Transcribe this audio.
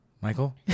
Michael